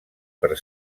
per